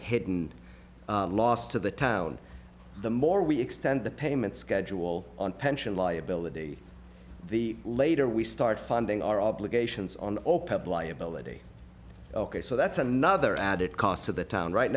hidden loss to the town the more we extend the payment schedule on pension liability the later we start finding our obligations on oprah bligh ability ok so that's another added cost to the town right